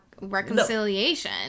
reconciliation